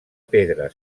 pedra